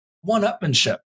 one-upmanship